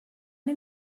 این